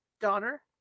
Donner